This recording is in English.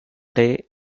day